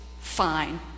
fine